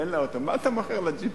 אין לה אוטו, מה אתה מוכר לה GPS?